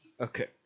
Okay